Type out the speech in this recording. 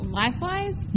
life-wise